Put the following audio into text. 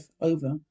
over